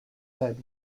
said